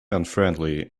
unfriendly